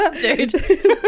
dude